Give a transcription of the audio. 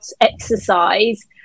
exercise